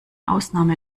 ausnahme